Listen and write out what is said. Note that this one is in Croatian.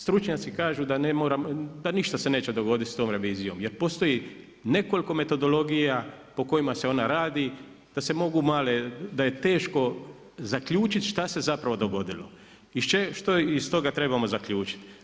Stručnjaci kažu da ništa se neće dogoditi sa tom revizijom jer postoji nekoliko metodologija po kojima se ona radi, da je teško zaključiti šta se zapravo dogodilo i što iz toga trebamo zaključiti.